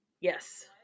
yes